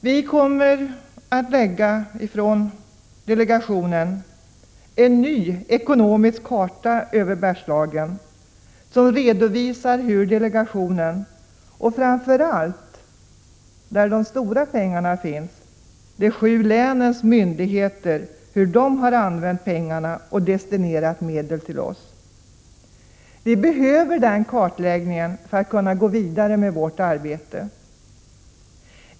Från delegationens sida kommer vi att lägga en ny ekonomisk karta över Bergslagen som redovisar hur delegationen och framför allt — eftersom det är där de stora pengarna finns — de sju länens myndigheter har använt och destinerat medlen. Vi behöver den kartläggningen för att kunna gå vidare med vårt arbete.